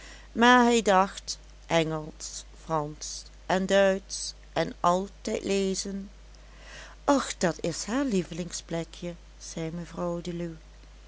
maar hij dacht engelsch fransch en duitsch en altijd lezen och dat is haar lievelingsplekje zei mevrouw deluw